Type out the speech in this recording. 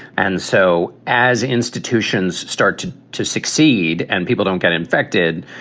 and so as institutions start to to succeed and people don't get infected,